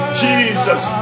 jesus